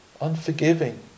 unforgiving